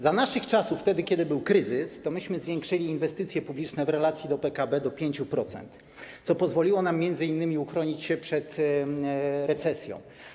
Za naszych czasów, wtedy kiedy był kryzys, myśmy zwiększyli środki na inwestycje publiczne w relacji do PKB do 5%, co pozwoliło nam m.in. uchronić się przed recesją.